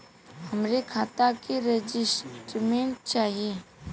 हमरे खाता के स्टेटमेंट चाही?